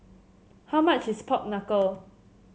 how much is Pork Knuckle